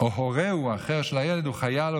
או הורהו האחר של הילד הוא חייל,